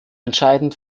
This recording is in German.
entscheidend